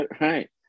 right